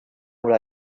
would